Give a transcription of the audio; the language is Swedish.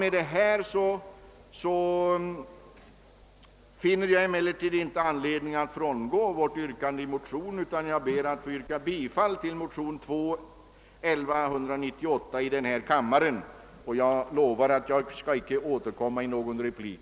Med hänsyn till det anförda finner jag inte anledning att frångå vårt yrkande i motionen utan ber att få yrka bifall till motionen II: 1198 — och jag lovar att jag inte skall återkomma med någon replik.